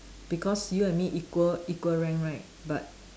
because you and me equal equal rank right but